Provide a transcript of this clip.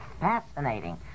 fascinating